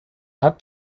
hat